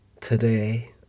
today